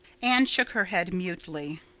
anne shook her head mutely.